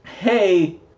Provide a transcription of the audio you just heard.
hey